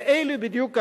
ואלו בדיוק המלים: